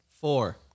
four